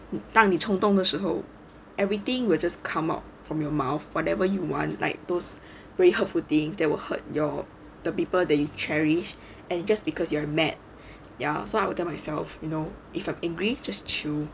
当你冲动的时候 everything will just come out from your mouth whatever you want like those really hurtful thing that will hurt your the people they cherish and just because you are mad ya so I would tell myself you know if I'm angry just chill